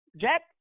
Jack